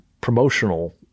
promotional